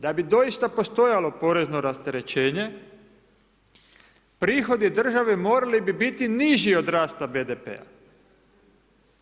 Da bi doista postojalo porezno rasterećenje, prihodi države morali bi biti niži od rasta BDP-a.